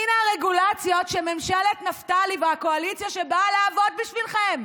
הינה הרגולציות שממשלת נפתלי והקואליציה שבאה לעבוד בשבילכם,